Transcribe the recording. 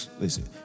listen